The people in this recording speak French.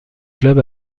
club